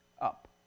up